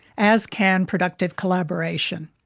as can productive collaboration.